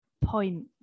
point